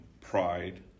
pride